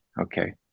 Okay